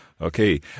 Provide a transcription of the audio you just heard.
Okay